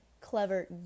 clever